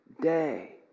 day